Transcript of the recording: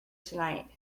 tonight